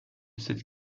cette